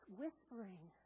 whispering